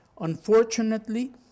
Unfortunately